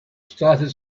started